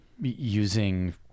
using